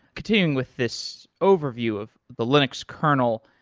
continuing with this overview of the linux kernel,